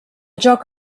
joc